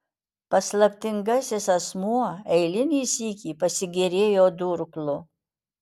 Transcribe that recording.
paslaptingasis asmuo eilinį sykį pasigėrėjo durklu